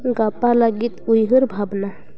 ᱜᱟᱯᱟ ᱞᱟᱹᱜᱤᱫ ᱩᱭᱦᱟᱹᱨ ᱵᱷᱟᱵᱽᱱᱟ